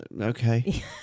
Okay